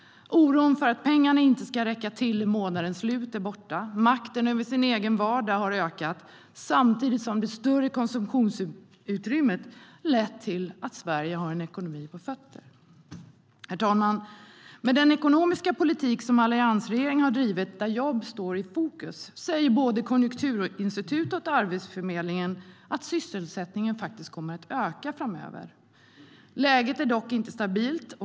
Oron för att pengarna inte ska räcka till månadens slut är borta och makten över den egna vardagen har ökat, samtidigt som det större konsumtionsutrymmet har lett till att hålla Sveriges ekonomi på fötter. Läget är dock inte stabilt.